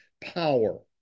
power